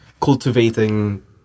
cultivating